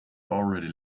already